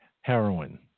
heroin